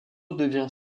devient